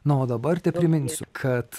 na o dabar tepriminsiu kad